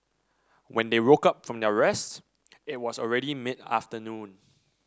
when they woke up from their rest it was already mid afternoon